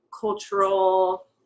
cultural